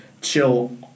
chill